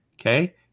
Okay